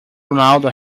ronaldo